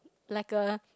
like a